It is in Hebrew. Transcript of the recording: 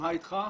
מה איתך חגי?